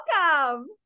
welcome